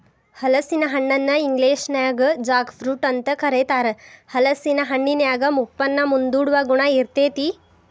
ಹಲಸಿನ ಹಣ್ಣನ ಇಂಗ್ಲೇಷನ್ಯಾಗ ಜಾಕ್ ಫ್ರೂಟ್ ಅಂತ ಕರೇತಾರ, ಹಲೇಸಿನ ಹಣ್ಣಿನ್ಯಾಗ ಮುಪ್ಪನ್ನ ಮುಂದೂಡುವ ಗುಣ ಇರ್ತೇತಿ